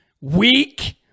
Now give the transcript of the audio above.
weak